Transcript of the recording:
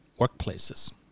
workplaces